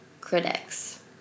critics